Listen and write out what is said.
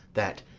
that,